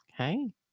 Okay